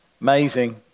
Amazing